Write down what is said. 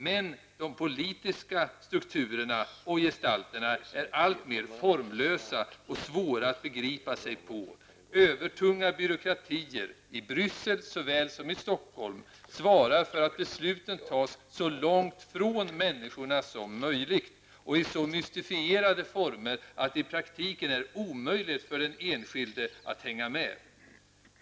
Men de politiska strukturerna och gestalterna är alltmer formlösa och svåra att begripa sig på. Övertunga byråkratier, i Bryssel såväl som i Stockholm, svarar för att besluten tas så långt från människorna som möjligt och i så mystifierade former att det i praktiken är omöjligt för den enskilde att hänga med.